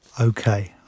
Okay